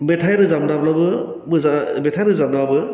मेथाइ रोजाबनाब्लाबो मोजां मेथाइ रोजाबनाबो